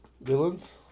Villains